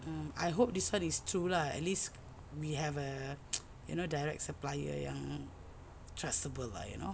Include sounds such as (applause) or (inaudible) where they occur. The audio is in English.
mm I hope this one is true lah at least we have a (noise) you know direct supplier yang trustable lah you know